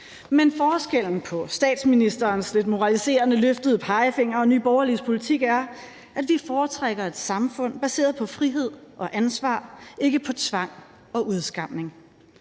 men forskellen på statsministerens lidt moraliserende løftede pegefinger og Nye Borgerliges politik er, at vi foretrækker et samfund baseret på frihed og ansvar, ikke på tvang og udskamning.